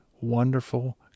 Wonderful